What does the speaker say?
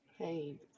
Hey